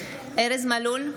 ארז מלול,